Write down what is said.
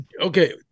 Okay